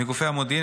מגופי המודיעין,